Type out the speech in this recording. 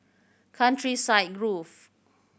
Countryside Grove